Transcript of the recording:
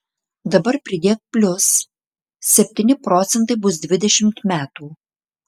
dabar pridėk plius septyni procentai bus dvidešimt metų